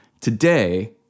today